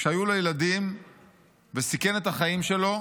כשהיו לו ילדים וסיכן את החיים שלו,